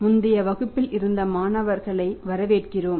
முந்தைய வகுப்பில் இருந்த மாணவர்களை வரவேற்கிறோம்